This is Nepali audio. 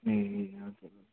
ए हजुर